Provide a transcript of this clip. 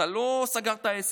אתה לא סגרת את העסק.